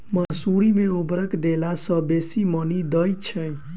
मसूरी मे केँ उर्वरक देला सऽ बेसी मॉनी दइ छै?